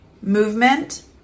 movement